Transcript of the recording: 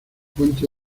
puente